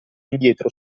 indietro